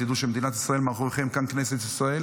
תדעו שמדינת ישראל מאחוריכם, כנסת ישראל